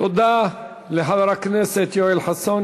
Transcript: תודה לחבר הכנסת יואל חסון.